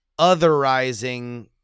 otherizing